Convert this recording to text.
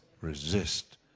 resist